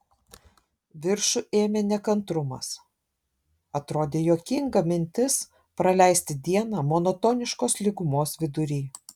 viršų ėmė nekantrumas atrodė juokinga mintis praleisti dieną monotoniškos lygumos vidury